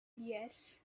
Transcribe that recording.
yes